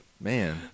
man